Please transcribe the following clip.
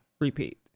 repeat